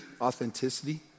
authenticity